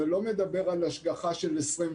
זה לא מדבר על השגחה של 24/7,